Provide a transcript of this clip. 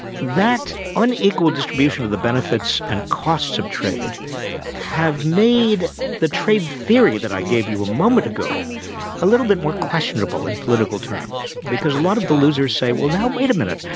that unequal distribution of the benefits and costs of trade have made the trade theory that i gave you a moment ago a little bit more questionable in political terms, because a lot of the losers say, well, wait a minute,